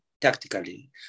tactically